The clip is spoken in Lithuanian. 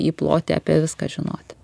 į plotį apie viską žinoti